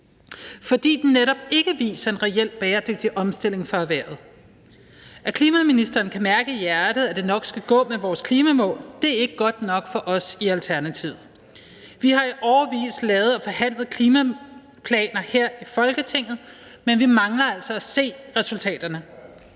fordi den netop ikke viser en reel bæredygtig omstilling for erhvervet. At klimaministeren kan mærke i hjertet, at det nok skal gå med vores klimamål, er ikke godt nok for os i Alternativet. Vi har i årevis lavet og forhandlet klimaplaner her i Folketinget, men vi mangler altså at se resultaterne.